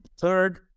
third